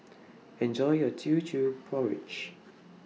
Enjoy your Teochew Porridge